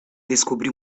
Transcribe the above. descobrir